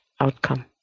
outcome